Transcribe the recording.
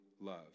love